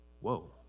whoa